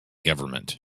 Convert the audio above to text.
government